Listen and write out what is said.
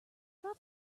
draw